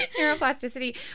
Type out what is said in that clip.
Neuroplasticity